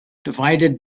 divided